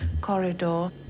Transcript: corridor